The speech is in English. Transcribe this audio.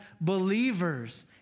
believers